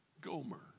Gomer